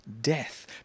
death